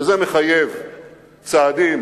וזה מחייב צעדים